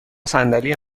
صندلی